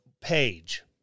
page